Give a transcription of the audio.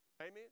amen